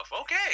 Okay